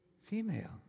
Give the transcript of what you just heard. female